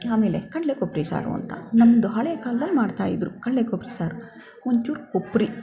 ಆಮೇಲೆ ಕಡಲೇ ಕೊಬ್ಬರಿ ಸಾರು ಅಂತ ನಮ್ಮದು ಹಳೆ ಕಾಲ್ದಲ್ಲಿ ಮಾಡ್ತಾಯಿದ್ರು ಕಡ್ಲೆ ಕೊಬ್ಬರಿ ಸಾರು ಒಂಚೂರು ಕೊಬ್ಬರಿ